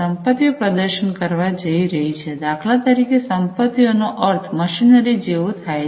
સંપત્તિઓ પ્રદર્શન કરવા જઈ રહી છે દાખલા તરીકે સંપત્તિઓ નો અર્થ મશીનરી જેવો થાય છે